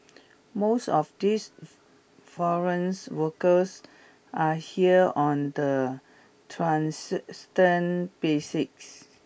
most of these foreigns workers are here on the basics